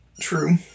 True